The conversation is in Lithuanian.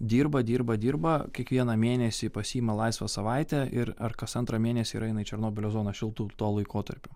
dirba dirba dirba kiekvieną mėnesį pasiima laisvą savaitę ir ar kas antrą mėnesį černobylio zoną šiltu tuo laikotarpiu